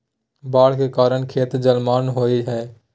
बाढ़ के कारण खेत जलमग्न हो जा हइ